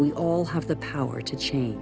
we all have the power to change